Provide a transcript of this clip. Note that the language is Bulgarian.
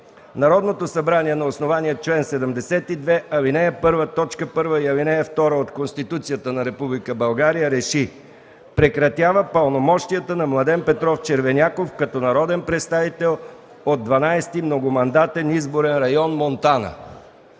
Народното събрание на основание чл. 72, ал. 1, т. 1 и ал. 2 от Конституцията на Република България РЕШИ: Прекратява пълномощията на Младен Петров Червеняков като народен представител от 12. многомандатен изборен район – Монтана.”